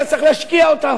ואתה צריך להשקיע אותם.